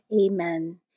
amen